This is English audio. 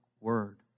word